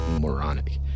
moronic